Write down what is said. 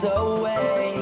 away